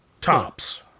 Tops